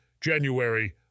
January